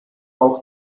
auch